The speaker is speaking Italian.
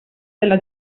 della